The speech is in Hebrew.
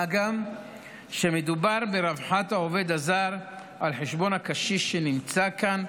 מה גם שמדובר ברווחת העובד הזר על חשבון הקשיש שנמצא כאן,